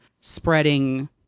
spreading